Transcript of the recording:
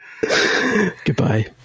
Goodbye